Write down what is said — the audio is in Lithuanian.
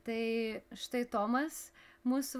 tai štai tomas mūsų